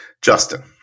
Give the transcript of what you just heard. Justin